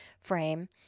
frame